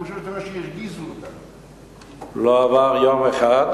זה המון ערבי שמחפש לרצוח יהודים.